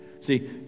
see